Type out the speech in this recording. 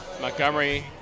Montgomery